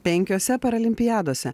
penkiose paralimpiadose